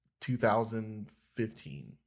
2015